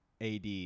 AD